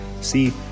See